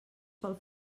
pel